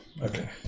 Okay